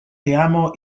teamo